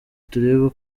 turebe